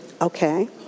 Okay